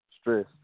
stress